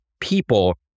people